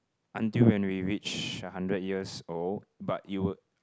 until when we reach a hundred years old but you would